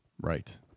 Right